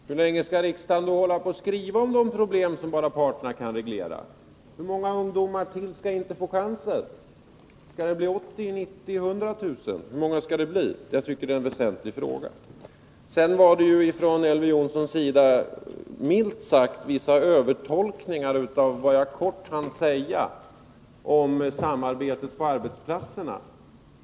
Herr talman! Hur länge skall riksdagen hålla på och skriva om problem som bara parterna kan reglera? Hur många ungdomar ytterligare är det som inte skall få chansen? Skall det bli 80 000, 90 000 eller 100 000? Jag tycker att det är en väsentlig fråga. Elver Jonsson gjorde, milt sagt, vissa övertolkningar av vad jag i min förra replik kort hann säga om samarbetet på arbetsplatserna.